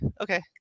okay